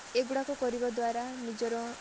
ଏଗୁଡ଼ାକ କରିବା ଦ୍ଵାରା ନିଜର